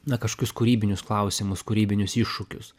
na kažkokius kūrybinius klausimus kūrybinius iššūkius